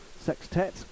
sextet